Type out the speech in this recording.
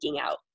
out